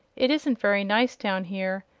it isn't very nice down here.